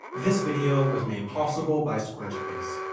this video was made possible by squarespace.